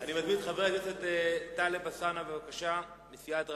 אני מזמין את חבר הכנסת טלב אלסאנע מסיעת רע"ם-תע"ל.